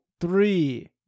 Three